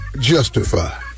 justify